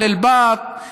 על אל-באט,